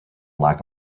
lack